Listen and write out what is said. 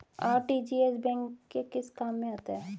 RTGS bank के किस काम में आता है?